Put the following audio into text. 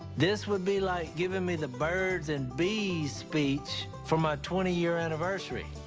this would be like giving me the birds and bees speech for my twenty year anniversary.